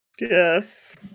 Yes